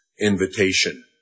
invitation